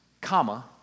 comma